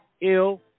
ill